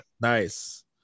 Nice